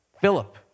Philip